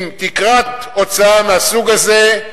עם תקרת הוצאה מהסוג הזה,